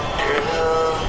girl